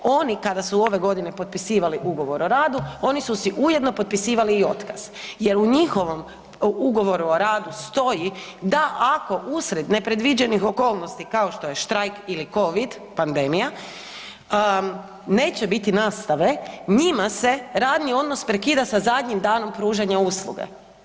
Oni kada su ove godine potpisivali ugovor o radu oni su si ujedno potpisivali i otkaz jel u njihovom ugovoru o radu stoji da ako usred nepredviđenih okolnosti kao što je štrajk ili covid pandemija neće biti nastave, njima se radni odnos prekida sa zadnjim danom pružanja usluge.